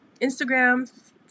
Instagram